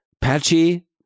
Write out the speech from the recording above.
patchy